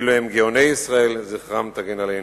אלה הם גאוני ישראל, זכותם תגן עלינו.